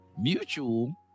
mutual